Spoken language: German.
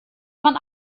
man